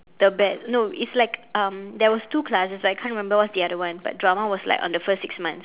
the bet~ no it's like um there was two classes but I can't remember what's the other one but drama was like on the first six months